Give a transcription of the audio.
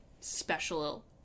special